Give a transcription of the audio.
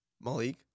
Malik